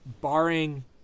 Barring